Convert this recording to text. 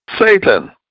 Satan